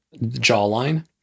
jawline